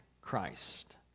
Christ